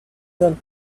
don’t